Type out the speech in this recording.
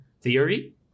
theory